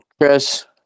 Chris